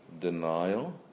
denial